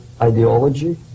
ideology